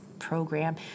program